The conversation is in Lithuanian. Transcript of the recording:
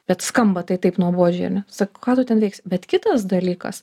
bet skamba tai taip nuobodžiai ar ne sako ką tu ten veiksi bet kitas dalykas